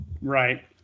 Right